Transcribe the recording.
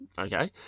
okay